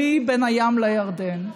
ברור,